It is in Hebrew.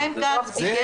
וחיים כץ התנגד לזה?